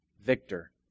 victor